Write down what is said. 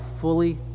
fully